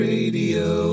Radio